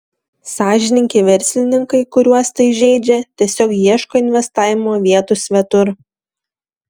sąžiningi verslininkai kuriuos tai žeidžia tiesiog ieško investavimo vietų svetur